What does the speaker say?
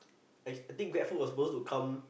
I think Grabfood was suppose to come